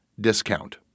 discount